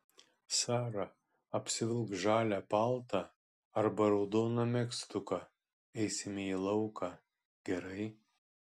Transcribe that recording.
sara apsivilk žalią paltą arba raudoną megztuką eisime į lauką gerai